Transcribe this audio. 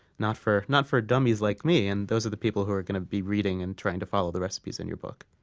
not for not for dummies like me, and those are the people who are going to be reading and trying to follow the recipes in your book.